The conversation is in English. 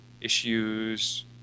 issues